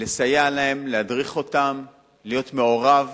לסייע להן, להדריך אותן, להיות מעורב,